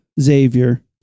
Xavier